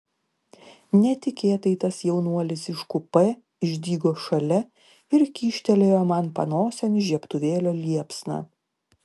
netikėtai tas jaunuolis iš kupė išdygo šalia ir kyštelėjo man panosėn žiebtuvėlio liepsną